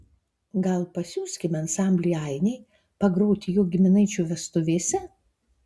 gal pasiųskime ansamblį ainiai pagroti jo giminaičių vestuvėse